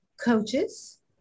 coaches